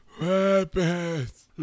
Weapons